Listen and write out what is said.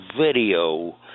video